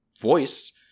voice